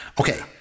Okay